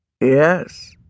Yes